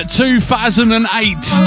2008